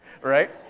right